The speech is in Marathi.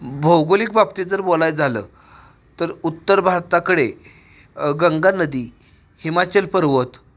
भौगोलिक बाबतीत जर बोलायचं झालं तर उत्तर भारताकडे गंगा नदी हिमाचल पर्वत